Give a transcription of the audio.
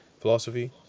philosophy